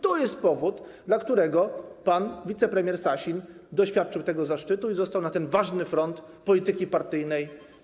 To jest powód, dla którego pan wicepremier Sasin doświadczył zaszczytu i został wysłany na ważny front polityki partyjnej.